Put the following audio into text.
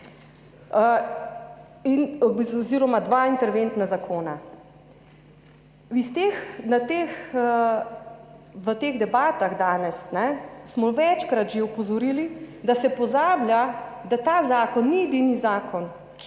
oziroma dva interventna zakona. V teh debatah danes smo že večkrat opozorili, da se pozablja, da ta zakon ni edini zakon,